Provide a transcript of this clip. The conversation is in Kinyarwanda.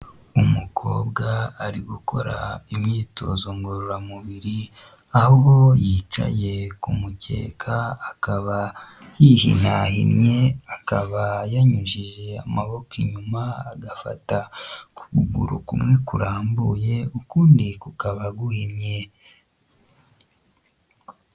Umukobwa ari gukora imyitozo ngororamubiri, aho yicaye ku mukeka akaba yihinahinnye, akaba yanyujije amaboko inyuma agafata ukuguru kumwe kurambuye ukundi kukaba guhinnye.